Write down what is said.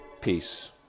Peace